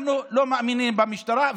אנחנו לא מאמינים במשטרה,